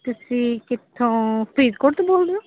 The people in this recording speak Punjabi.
ਤੁਸੀਂ ਕਿਥੋਂ ਫਰੀਦਕੋਟ ਤੋਂ ਬੋਲਦੇ ਹੋ